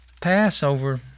Passover